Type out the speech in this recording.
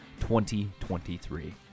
2023